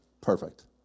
Perfect